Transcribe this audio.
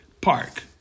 Park